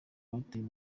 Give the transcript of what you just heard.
batawe